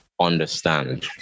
understand